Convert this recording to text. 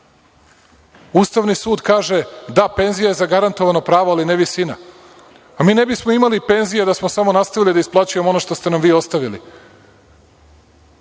Ustavni sud kaže – da, penzija je zagarantovano pravo ali ne visina. A mi ne bismo imali penzije da smo samo nastavili da isplaćujemo ono što ste nam vi ostavili,